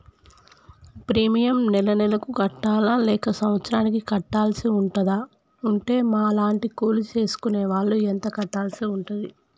Premium నెల నెలకు కట్టాలా లేక సంవత్సరానికి కట్టాల్సి ఉంటదా? ఉంటే మా లాంటి కూలి చేసుకునే వాళ్లు ఎంత కట్టాల్సి ఉంటది?